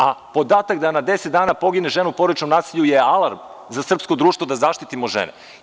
A podatak da na deset dana pogine žena u porodičnom nasilju je alarm za srpsko društvo da zaštitimo žene.